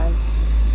us